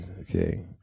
Okay